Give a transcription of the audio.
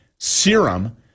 Serum